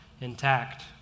intact